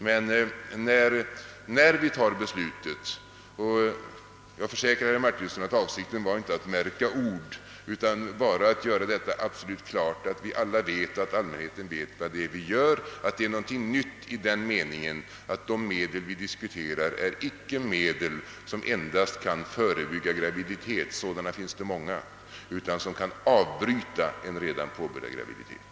Men när vi tar det beslutet — och jag försäkrar herr Martinsson att avsikten inte var att märka ord utan bara att göra absolut klart att vi vet att allmänheten känner till vad det är vi gör — så är det någonting nytt i den meningen, att de medel vi diskuterar icke är medel som endast kan förebygga graviditet — det finns många sådana — utan som kan avbryta en redan påbörjad graviditet.